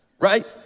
right